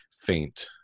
faint